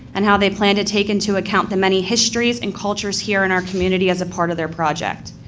and how they plan to take into account the many histories and cultures here in our community as a part of their project.